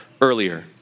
earlier